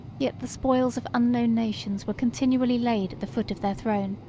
yet the spoils of unknown nations were continually laid at the foot of their throne,